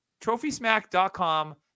TrophySmack.com